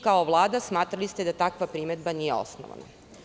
Kao Vlada smatrali ste da takva primedba nije osnovana.